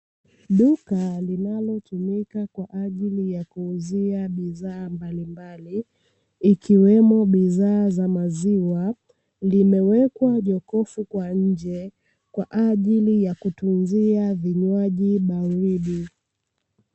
Duka linalotumika kwa ajili ya kuuzia bidhaa mbalimbali, ikiwemo bidhaa za maziwa limewekwa jokofu kwa nje, kwa ajili ya kutunzia vinywaji baridi.